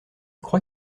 crois